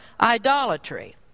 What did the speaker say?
idolatry